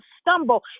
stumble